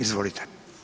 Izvolite.